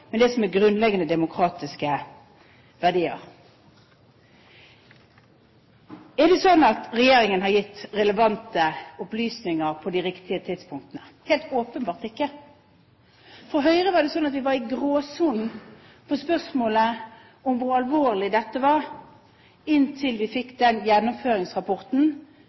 det som er grunnleggende demokratiske verdier. Er det slik at regjeringen har gitt relevante opplysninger på de riktige tidspunktene? Helt åpenbart ikke. For Høyre var det slik at vi mente at spørsmålet var i gråsonen med hensyn til hvor alvorlig dette var – inntil vi fikk den gjennomføringsrapporten